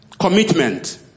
Commitment